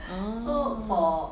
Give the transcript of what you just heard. oh